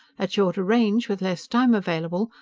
at shorter range, with less time available,